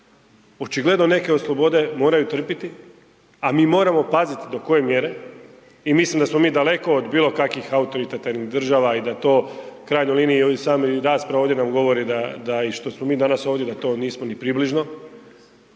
Očigledne neke od slobode moraju trpiti, a mi moramo paziti do koje mjere i mislim da smo mi daleko od bilo kakvih autoritativnih država i da to u krajnjoj liniji i sama rasprava ovdje nam govori da što smo mi danas ovdje da to nismo ni približno